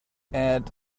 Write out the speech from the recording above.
add